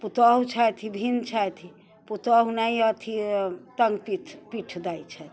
पूतोहू छथि भिन छथि पुतोहू नहि अथी टँग पीठ पीठ दै छथि